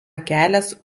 kelias